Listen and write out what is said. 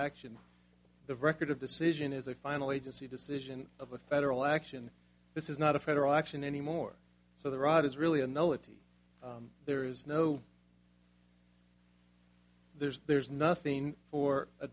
action the record of decision is a final agency decision of a federal action this is not a federal action anymore so the ride is really a nullity there is no there's there's nothing for a